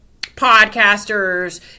podcasters